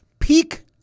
Peak